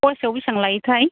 पवासेयाव बेसेबां लायोथाय